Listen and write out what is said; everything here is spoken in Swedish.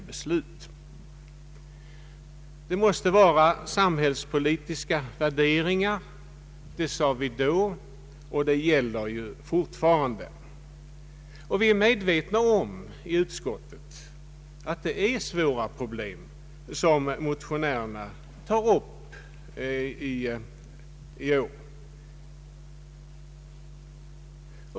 Det måste göras samhällspolitiska värderingar sade vi då, och det gäller fortfarande. Vi är i utskottet medvetna om att det är svåra problem som motionärerna tar upp i år.